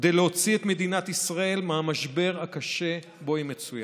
כדי להוציא את מדינת ישראל מהמשבר הקשה שבו היא מצויה.